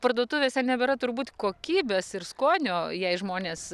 parduotuvėse nebėra turbūt kokybės ir skonio jei žmonės